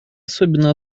особенно